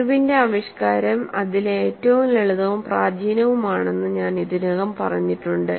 ഇർവിന്റെ ആവിഷ്കാരം അതിലെ ഏറ്റവും ലളിതവും പ്രാചീനവുമാണെന്നു ഞാൻ ഇതിനകം പറഞ്ഞിട്ടുണ്ട്